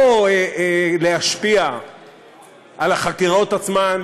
לא להשפיע על החקירות עצמן,